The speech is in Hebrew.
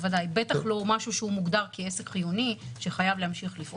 לא משהו שמוגדר כעסק חיוני, שחייב להמשיך לפעול.